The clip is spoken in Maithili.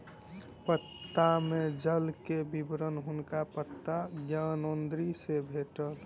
पत्ता में जल के विवरण हुनका पत्ता ज्ञानेंद्री सॅ भेटल